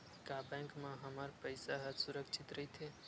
का बैंक म हमर पईसा ह सुरक्षित राइथे?